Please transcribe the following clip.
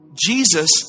Jesus